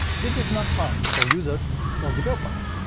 this is not fun for users or developers.